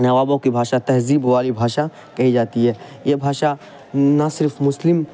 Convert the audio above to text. نوابوں کی بھاشا تہذیب والی بھاشا کہی جاتی ہے یہ بھاشا نہ صرف مسلم